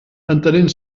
entenent